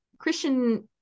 Christian